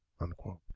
unquote